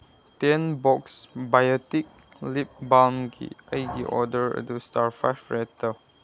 ten box ꯕꯥꯌꯇꯤꯛ ꯂꯤꯞ ꯕꯥꯝꯒꯤ ꯑꯩꯒꯤ ꯑꯣꯔꯗꯔ ꯑꯗꯨ ꯏꯁꯇꯥꯔ ꯐꯥꯏꯕ ꯔꯦꯠ ꯇꯧ